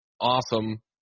awesome